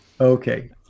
Okay